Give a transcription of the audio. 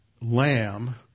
lamb